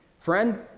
Friend